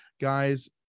guys